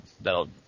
that'll